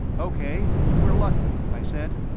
o k, we're lucky, i said.